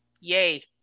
Yay